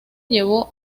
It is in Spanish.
llevó